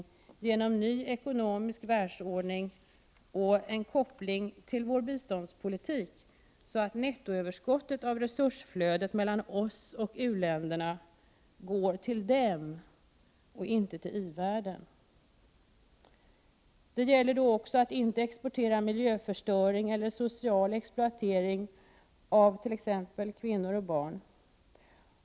Detta skall åstadkommas genom en ny ekonomisk världsordning och en koppling till vår biståndspolitik, så att nettoöverskottet av resursflödet mellan oss och u-länderna går till dem, och inte till i-världen. Det gäller då också att inte exportera miljöförstöring och social exploatering av t.ex. kvinnor och barn.